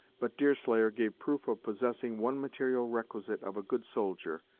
but deerslayer gave proof of possessing one material requisite of a good soldier,